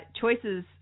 choices